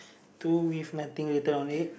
two with nothing written on it